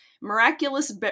Miraculous